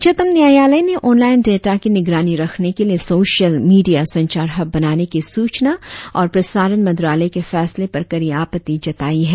उच्चतम न्यायालय ने ऑनलाइन डाटा की निगरानी रखने के लिए सोशल मीडिया संचार हब बनाने के सूचना और प्रसारण मंत्रालय के फैसले पर कड़ी आपति जताई है